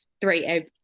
three